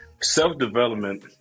self-development